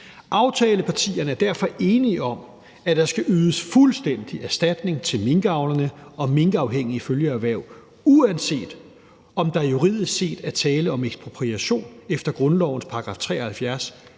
Aftalepartierne er derfor enige om, at der skal ydes fuldstændig erstatning til minkavlerne og minkafhængige følgeerhverv, uanset om der juridisk set er tale om ekspropriation efter grundlovens § 73